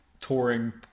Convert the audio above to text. touring